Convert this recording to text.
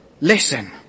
listen